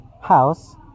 house